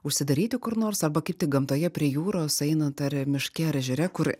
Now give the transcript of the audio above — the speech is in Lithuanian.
užsidaryti kur nors arba kaip tik gamtoje prie jūros einant ar miške ar ežere kur